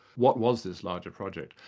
what was this larger project.